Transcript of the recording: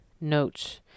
notes